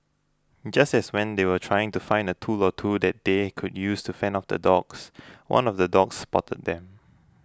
just as when they were trying to find a tool or two that they could use to fend off the dogs one of the dogs spotted them